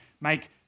make